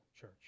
church